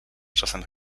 czasem